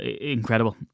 Incredible